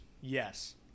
Yes